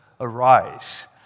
arise